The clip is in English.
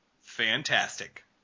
fantastic